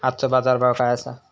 आजचो बाजार भाव काय आसा?